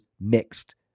mixed